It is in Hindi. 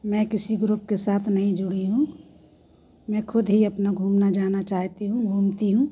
मैं किसी ग्रुप के साथ नहीं जुड़ी हूँ मैं खुद ही अपना घूमना जाना चाहती हूँ घूमती हूँ